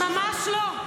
ממש לא.